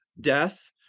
death